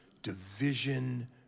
division